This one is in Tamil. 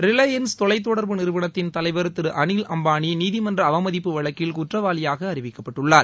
ரிலையன்ஸ் தொலைத்தொடர்பு நிறுவனத்தின் தலைவர் திரு அனில் அம்பானி நீதிமன்ற அவமதிப்பு வழக்கில் குற்றவாளியாக அறிவிக்கப்பட்டுள்ளார்